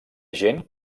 gent